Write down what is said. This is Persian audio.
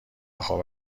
خوب